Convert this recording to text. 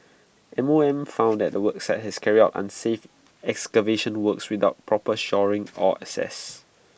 M O M found out that the work site had carried out unsafe excavation works without proper shoring or access